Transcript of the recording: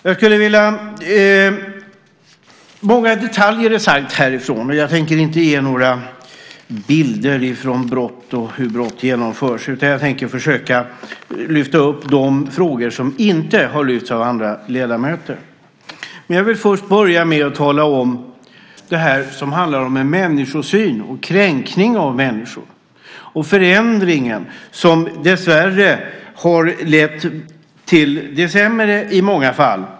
Många detaljer har tagits upp härifrån talarstolen, och jag tänker inte ge några bilder från brott och hur brott genomförts, utan jag tänker försöka lyfta upp de frågor som inte lyfts upp av andra ledamöter. Men jag vill börja med att tala om människosyn, kränkning av människor och den förändring som dessvärre har lett till det sämre i många fall.